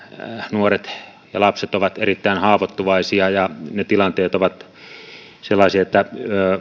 nuoret ja lapset ovat erittäin haavoittuvaisia ja ne tilanteet ovat sellaisia että